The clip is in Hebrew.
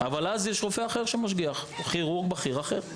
אבל אז יש רופא כירורג בכיר אחר שמשגיח.